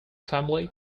family